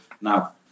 now